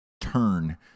turn